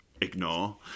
ignore